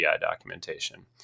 documentation